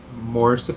more